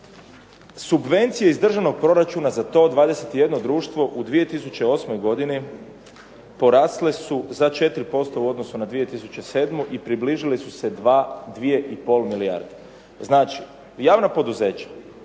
Subvencije iz državnog proračuna za to 21 društvo u 2008. godini, porasle su za 4% u odnosu na 2007. i približile su se 2,5 milijarde. Znači javna poduzeća